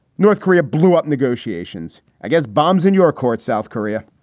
north korea blew up negotiations against bombs in your court, south korea.